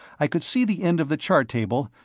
i could see the end of the chart table,